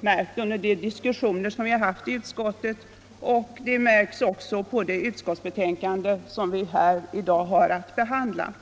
märkt det under de diskussioner som förts i utskottet och det återspeglas också i de utskottsbetänkanden som vi nu har att behandla.